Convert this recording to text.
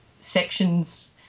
sections